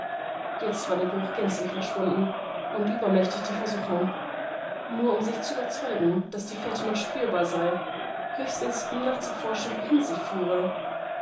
jetzt war der geruch gänzlich verschwunden und übermächtig die versuchung nur um sich zu überzeugen daß die fährte noch spürbar sei höchstens um nachzuforschen wohin sie führe